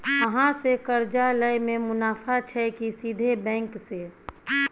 अहाँ से कर्जा लय में मुनाफा छै की सीधे बैंक से?